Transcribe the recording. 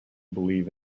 believe